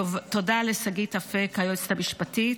תודה לשגית אפיק, היועצת המשפטית,